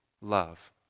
Love